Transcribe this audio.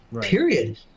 period